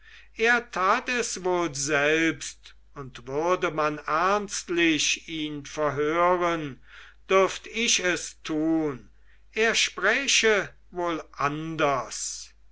er tat es wohl selbst und würde man ernstlich ihn verhören dürft ich es tun er spräche wohl anders